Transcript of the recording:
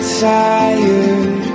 tired